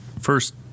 first